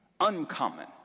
uncommon